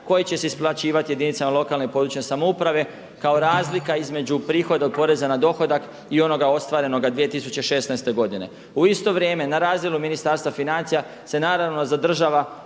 koje će se isplaćivati jedinice lokalne i područne samouprave kao razlika između prihoda od poreza na dohodak i onoga ostvarenoga 2016. godine. U isto vrijeme na razdjelu Ministarstva financija se zadržava